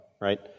right